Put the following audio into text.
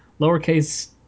lowercase